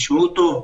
תשמעו טוב,